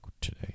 today